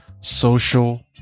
social